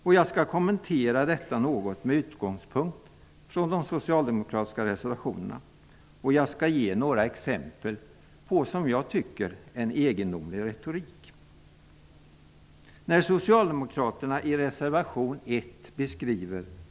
Jag skall något kommentera detta med utgångspunkt från de socialdemokratiska reservationerna, och jag skall ge några exempel på en, som jag tycker, egendomlig retorik.